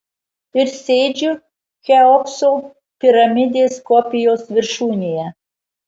ir sėdžiu cheopso piramidės kopijos viršūnėje